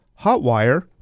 hotwire